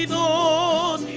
oh